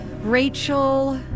Rachel